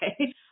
Okay